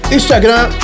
Instagram